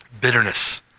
bitterness